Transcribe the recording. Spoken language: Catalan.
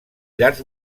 llars